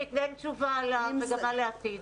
שייתן תשובה למגמה לעתיד.